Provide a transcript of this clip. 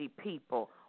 people